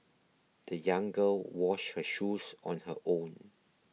the young girl washed her shoes on her own